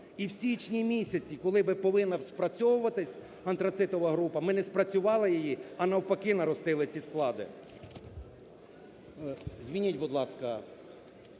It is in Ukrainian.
І в січні місяці, коли би повинна спрацьовуватись антрацитова група, ми не спрацювали її, а навпаки наростили ці склади.